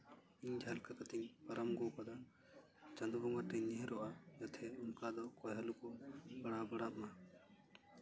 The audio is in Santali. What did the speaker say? ᱤᱧ ᱡᱟᱦᱟᱸ ᱞᱮᱠᱟ ᱠᱟᱛᱮᱧ ᱯᱟᱨᱚᱢ ᱟᱹᱜᱩ ᱟᱠᱟᱫᱟ ᱪᱟᱸᱫᱳ ᱵᱚᱸᱜᱟ ᱴᱷᱮᱱ ᱤᱧ ᱱᱮᱦᱚᱨᱚᱜᱼᱟ ᱡᱟᱛᱮ ᱚᱱᱠᱟ ᱫᱚ ᱚᱠᱚᱭ ᱦᱚᱸ ᱟᱞᱚ ᱠᱚ ᱯᱟᱲᱟᱣ ᱵᱟᱲᱟᱜ ᱢᱟ